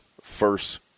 first